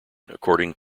according